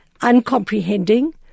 uncomprehending